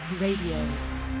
Radio